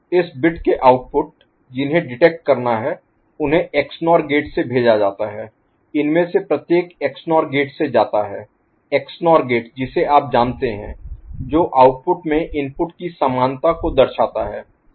इस बिट के आउटपुट जिन्हें डिटेक्ट करना है उन्हें XNOR गेट से भेजा जाता है इनमें से प्रत्येक XNOR गेट से जाता है XNOR गेट जिसे आप जानते हैं जो आउटपुट में इनपुट की समानता को दर्शाता है